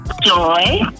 joy